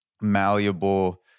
malleable